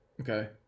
Okay